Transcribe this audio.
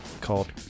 called